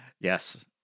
Yes